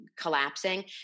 collapsing